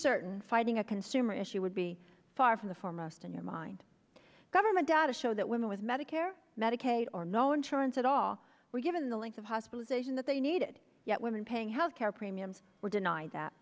certain fighting a consumer issue would be far from the foremost in your mind government data show that women with medicare medicaid or no insurance at all were given the length of hospitalization that they needed yet women paying health care premiums were denied that